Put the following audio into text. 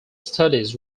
studies